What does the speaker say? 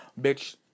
Bitch